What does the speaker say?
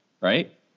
right